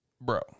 Bro